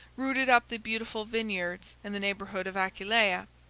rooted up the beautiful vineyards in the neighborhood of aquileia,